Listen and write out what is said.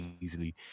easily